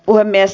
puhemies